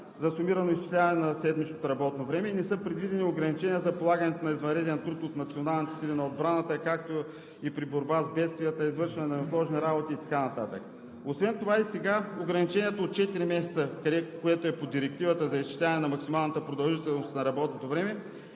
за сумирано изчисляване на седмичното работно време, не са предвидени ограничения за полагане на извънреден труд от националните сили на отбраната, както и при борба с бедствията, извършване на неотложни работи и така нататък. Освен това и сега ограничението от четири месеца, което е по Директивата за изчисляване на максималната продължителност на работното време,